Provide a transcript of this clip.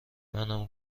منم